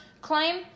claim